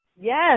Yes